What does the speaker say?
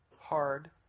hard